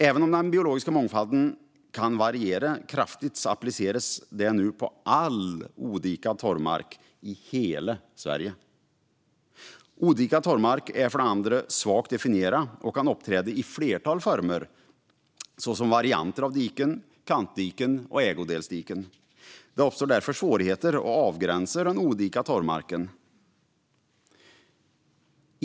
Även om den biologiska mångfalden kan variera kraftigt appliceras det nu på all odikad torvmark i hela Sverige. Odikad torvmark är för det andra svagt definierat och kan uppträda i ett flertal former såsom varianter av diken, kantdiken och ägodelsdiken. Det uppstår därför svårigheter att avgränsa den odikade torvmarken.